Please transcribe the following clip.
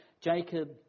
Jacob